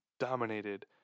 Dominated